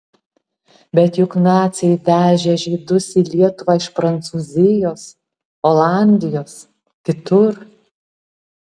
bet juk naciai vežė žydus į lietuvą iš prancūzijos olandijos kitur